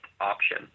option